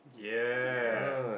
ya